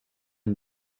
une